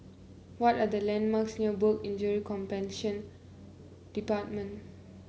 what are the landmarks near Work Injury Compensation Department